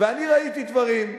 ואני ראיתי דברים,